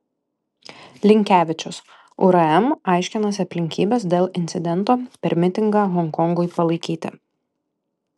linkevičius urm aiškinasi aplinkybes dėl incidento per mitingą honkongui palaikyti